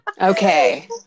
Okay